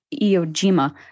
Iojima